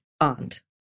aunt